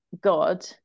God